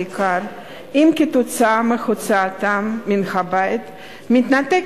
בעיקר אם כתוצאה מהוצאתם מהבית מתנתק